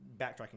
backtracking